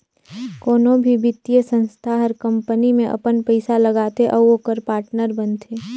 कोनो भी बित्तीय संस्था हर कंपनी में अपन पइसा लगाथे अउ ओकर पाटनर बनथे